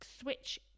switch